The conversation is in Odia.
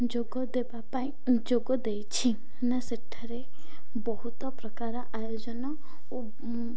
ଯୋଗ ଦେବା ପାଇଁ ଯୋଗ ଦେଇଛି ନା ସେଠାରେ ବହୁତ ପ୍ରକାର ଆୟୋଜନ ଓ